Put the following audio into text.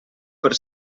per